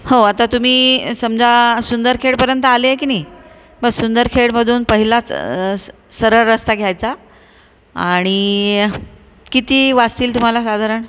हो आता तुम्ही समजा सुंदरखेडपर्यंत आले की नाही मग सुंदरखेडमधून पहिलाच स सरळ रस्ता घ्यायचा आणि किती वाजतील तुम्हाला साधारण